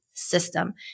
System